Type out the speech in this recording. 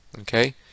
Okay